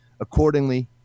accordingly